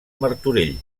martorell